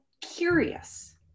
curious